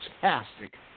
fantastic